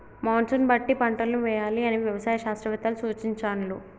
monsoon బట్టి పంటలను వేయాలి అని వ్యవసాయ శాస్త్రవేత్తలు సూచించాండ్లు